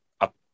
up